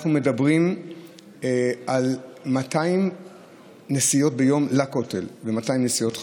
אנחנו מדברים על 200 נסיעות ביום לכותל ו-200 נסיעות חזור.